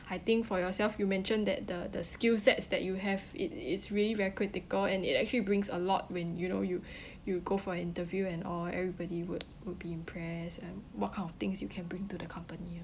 I think for yourself you mentioned that the the skill sets that you have it it's really very critical and it actually brings a lot when you know you you go for an interview and all everybody would would be impress and what kind of things you can bring to the company ah